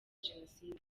jenoside